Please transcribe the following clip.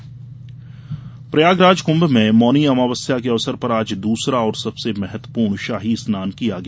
सोमवती अमावस्या प्रयागराज क्भ में मौनी अमावस्या के अवसर पर आज दूसरा और सबसे महत्वपूर्ण शाही स्नान किया गया